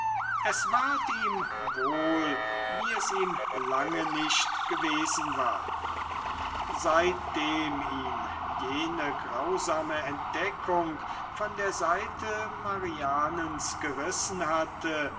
es ward ihm wohl wie es ihm lange nicht gewesen war seitdem ihn jene grausame entdeckung von der seite marianens gerissen hatte